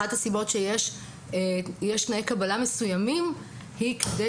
אחת הסיבות שיש תנאי קבלה מסוימים היא כדי